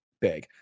big